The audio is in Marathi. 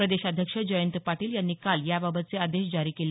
प्रदेशाध्यक्ष जयंत पाटील यांनी काल याबाबतचे आदेश जारी केले